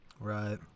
Right